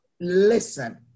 listen